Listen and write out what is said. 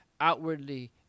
outwardly